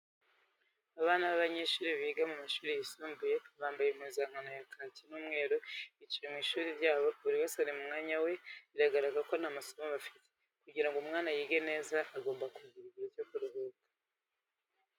Abana b'abanyeshuri biga mu mashuri yisumbuye bamabaye impuzankano za kaki n'umweru bicaye mu ishuri ryabo buri wese ari mu mwanya we biragaragara ko nta masomo bafite, kugira ngo umwana yige neza agomba no kugira igihe cyo kuruhuka.